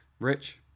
Rich